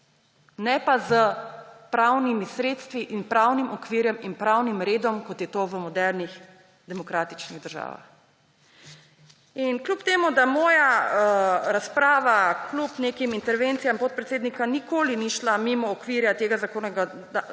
ne pa s pravnimi sredstvi in pravnim okvirom in pravnim redom, kot je to v modernih demokratičnih državah. Kljub temu da moja razprava kljub nekim intervencijam podpredsednika nikoli ni šla mimo okvira spremembe,